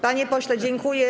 Panie pośle, dziękuję.